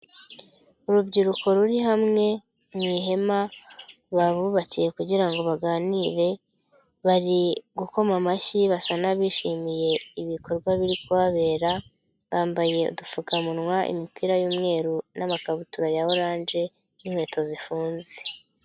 Urubyiruko ruri hamwe mu ihema babubakiye kugira ngo baganire, bari gukoma amashyi basa n'abishimiye ibikorwa biri kuhabera, bambaye udupfukamunwa, imipira y'umweru n'amakabutura ya oranje n'inkweto zifunze.